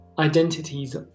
Identities